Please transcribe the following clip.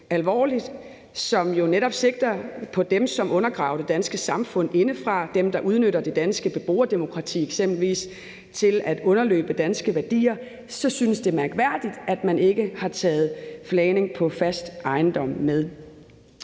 alvorligt, som jo netop sigter på dem, som undergraver det danske samfund indefra, dem, der udnytter eksempelvis det danske beboerdemokrati til at underløbe danske værdier, så synes det mærkværdigt, at man ikke har taget flagning på fast ejendom med.